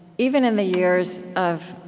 even in the years of